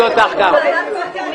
דוד ביטן חבר ועדה,